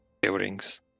buildings